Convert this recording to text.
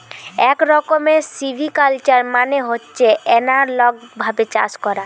এক রকমের সিভিকালচার মানে হচ্ছে এনালগ ভাবে চাষ করা